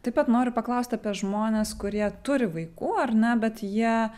taip pat noriu paklaust apie žmones kurie turi vaikų ar ne bet jie